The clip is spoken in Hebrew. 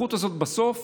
הסמכות הזאת בסוף